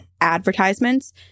advertisements